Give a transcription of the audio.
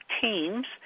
teams